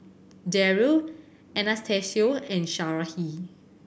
Darrell Anastacio and Sarahi